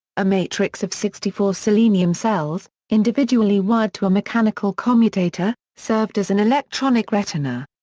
a matrix of sixty four selenium cells, individually wired to a mechanical commutator, served as an electronic retina.